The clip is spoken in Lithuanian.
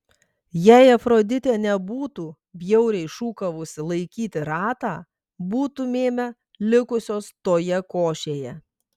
jei afroditė nebūtų bjauriai šūkavusi laikyti ratą būtumėme likusios toje košėje